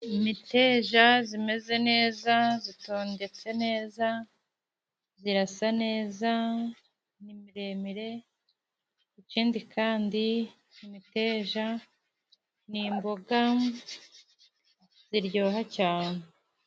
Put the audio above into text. Imiteja imeze neza itondetse neza, irasa neza ni miremire. Ikindi kandi imiteja ni imboga ziryoha cyane.